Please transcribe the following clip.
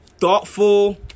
thoughtful